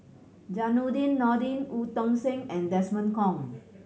Zainudin Nordin Eu Tong Sen and Desmond Kon